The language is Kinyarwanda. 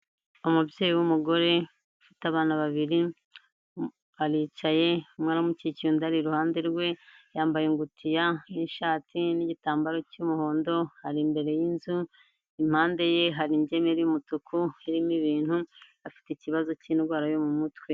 Umubyeyi w'umugore, ufite abana babiri, aricaye, umwe aramukikiye undi ari iruhande rwe, yambaye ingutiya, n'ishati, n'igitambaro cy'umuhondo, ari imbere y'inzu, impande ye hari ingemeri y'umutuku, irimo ibintu, afite ikibazo cy'indwara yo mu mutwe.